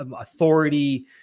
authority